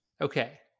okay